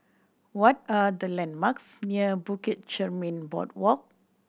what are the landmarks near Bukit Chermin Boardwalk